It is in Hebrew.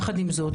עם זאת,